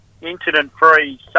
incident-free